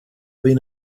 been